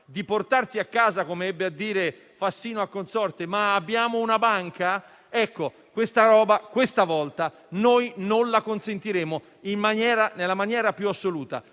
di portarsi a casa una banca, come ebbe a dire Fassino a Consorte: «Ma abbiamo una banca?». Detta roba, questa volta, non la consentiremo nella maniera più assoluta,